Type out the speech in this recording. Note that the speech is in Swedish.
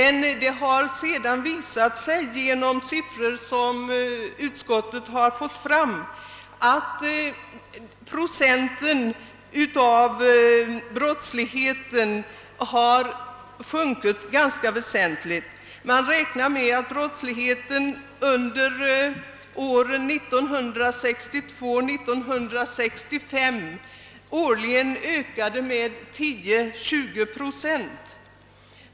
Sedan har det visat sig — genom siffror som utskottet har låtit räkna fram — att brottslighetsprocenten har sjunkit ganska väsentligt. Man räknar med att brottsligheten med 10—20 procent.